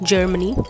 Germany